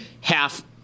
half